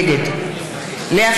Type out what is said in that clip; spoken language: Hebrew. נגד לאה